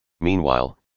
Meanwhile